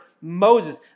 Moses